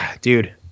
dude